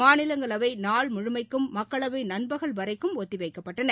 மாநிலங்களவை நாள் முழுமைக்கும் மக்களவை நண்பகல் வரைக்கும் ஒத்திவைக்கப்பட்டன